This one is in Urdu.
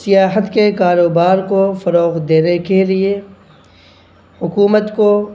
سیاحت کے کاروبار کو فروغ دینے کے لیے حکومت کو